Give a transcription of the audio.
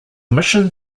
mission